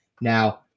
Now